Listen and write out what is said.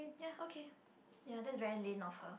ya okay ya that's very Lin of her